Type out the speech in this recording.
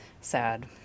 Sad